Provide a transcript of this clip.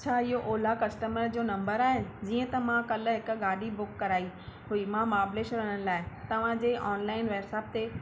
छा इहो Ola customer जो नंबरु आहे जीअं त मां कल्ह हिकु गाॾी बुक कराई हुई मां महाबलेश्वर वञण लाइ तव्हांजे ऑनलाइन वॉट्सअप ते